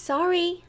Sorry